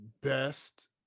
best